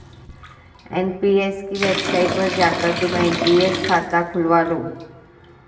NPS की website पर जाकर तुम एन.पी.एस खाता खुलवा लो